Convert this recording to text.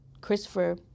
Christopher